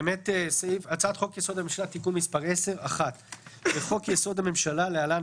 "תיקון סעיף 13א 1. בחוק-יסוד: הממשלה‏ (להלן,